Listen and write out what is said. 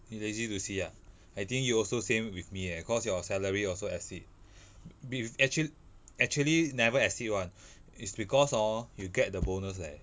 you lazy to see ah I think you also same with me eh cause your salary also exceed with actua~ actually never exceed [one] it's because hor you get the bonus leh